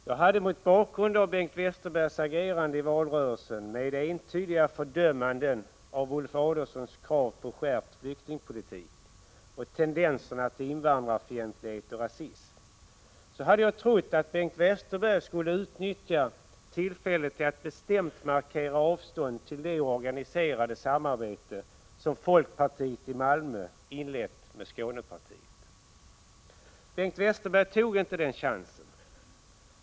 Jag hade mot bakgrund av Bengt Westerbergs agerande i valrörelsen med entydiga fördömanden av Ulf Adelsohns krav på skärpt flyktingpolitik och tendenser till invandrarfientlighet och rasism trott att Bengt Westerberg skulle utnyttja tillfället till att bestämt markera avstånd till det organiserade samarbete som folkpartiet i Malmö inlett med Skånepartiet. Bengt Westerberg tog inte chansen.